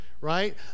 right